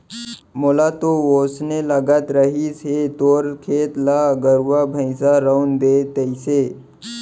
मोला तो वोसने लगत रहिस हे तोर खेत ल गरुवा भइंसा रउंद दे तइसे